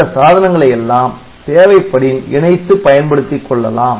இந்த சாதனங்களை எல்லாம் தேவைப்படின் இணைத்து பயன்படுத்திக் கொள்ளலாம்